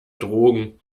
drogen